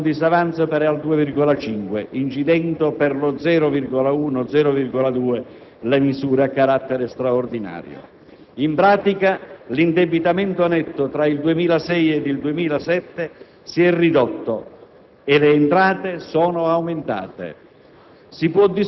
Facendo lo stesso calcolo per il 2007, si stima un disavanzo pari al 2,5, incidendo per lo 0,1-0,2 le misure a carattere straordinario. In pratica, l'indebitamento netto tra il 2006 e il 2007 si è ridotto